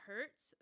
hurts